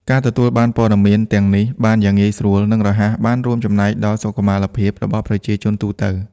ការទទួលបានព័ត៌មានទាំងនេះបានយ៉ាងងាយស្រួល និងរហ័ស បាន រួមចំណែកដល់សុខុមាលភាព របស់ប្រជាជនទូទៅ។